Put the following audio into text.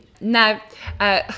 Now